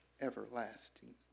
everlasting